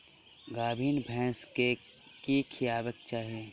गाभीन भैंस केँ की खुएबाक चाहि?